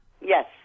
Yes